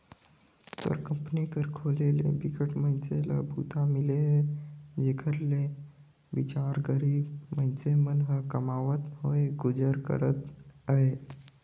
तोर कंपनी कर खोले ले बिकट मइनसे ल बूता मिले हे जेखर ले बिचार गरीब मइनसे मन ह कमावत होय गुजर करत अहे